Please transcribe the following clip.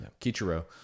Kichiro